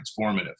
transformative